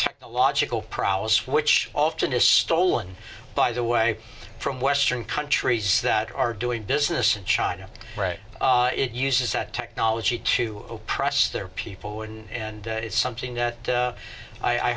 technological prowess which often is stolen by the way from western country that are doing business in china right it uses that technology to oppress their people and and it's something that